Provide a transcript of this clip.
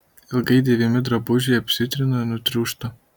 ilgai dėvimi drabužiai apsitrina nutriūšta